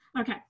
Okay